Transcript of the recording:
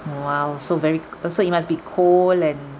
!wow! so very oh so it must be cold and